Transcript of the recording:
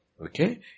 Okay